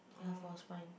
for her spine